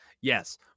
yes